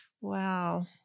Wow